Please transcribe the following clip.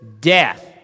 death